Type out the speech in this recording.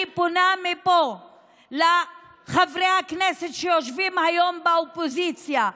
אני פונה מפה לחברי הכנסת שיושבים היום באופוזיציה: